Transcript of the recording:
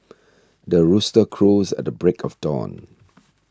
the rooster crows at the break of dawn